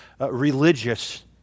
religious